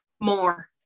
more